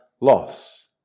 loss